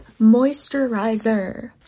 moisturizer